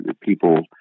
people